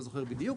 לא זוכר בדיוק,